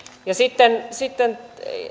ja sitten sitten